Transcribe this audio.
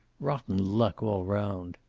rotten luck, all round.